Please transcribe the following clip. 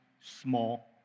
small